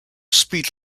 speed